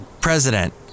president